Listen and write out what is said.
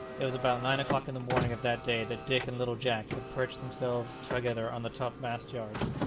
it was about nine o'clock in the morning of that day that dick and little jack had perched themselves together on the top-mast-yards.